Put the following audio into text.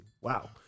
Wow